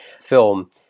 film